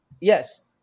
Yes